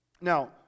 now